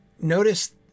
notice